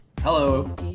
Hello